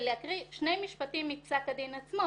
ולהקריא שני משפטים מפסק הדין עצמו,